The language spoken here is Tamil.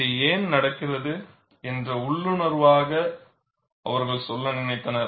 இது ஏன் நடக்கிறது என்று உள்ளுணர்வாக அவர்கள் சொல்ல நினைத்தனர்